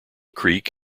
creek